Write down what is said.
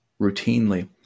routinely